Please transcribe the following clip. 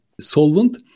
solvent